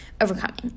overcoming